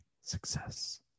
success